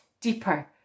deeper